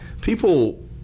people